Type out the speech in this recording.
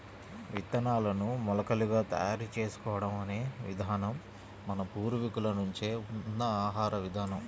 విత్తనాలను మొలకలుగా తయారు చేసుకోవడం అనే విధానం మన పూర్వీకుల నుంచే ఉన్న ఆహార విధానం